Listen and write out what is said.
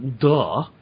duh